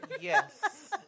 Yes